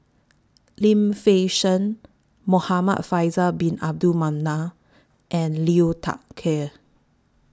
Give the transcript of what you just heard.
Lim Fei Shen Muhamad Faisal Bin Abdul Manap and Liu Thai Ker